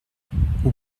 vous